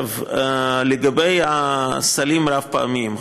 לגבי הסלים הרב-פעמיים,